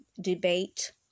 debate